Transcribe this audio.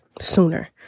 sooner